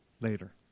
later